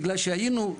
בגלל שהיינו,